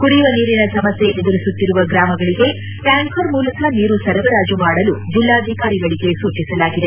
ಕುಡಿಯುವ ನೀರಿನ ಸಮಸ್ಯೆ ಎದುರಿಸುತ್ತಿರುವ ಗ್ರಾಮಗಳಿಗೆ ಟ್ವಾಂಕರ್ ಮೂಲಕ ನೀರು ಸರಬರಾಜು ಮಾಡಲು ಜಿಲ್ಲಾಧಿಕಾರಿಗಳಿಗೆ ಸೂಚಿಸಲಾಗಿದೆ